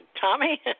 Tommy